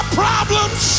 problems